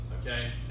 okay